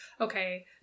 okay